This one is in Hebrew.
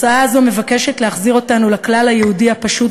ההצעה הזאת מבקשת להחזיר אותנו לכלל היהודי הפשוט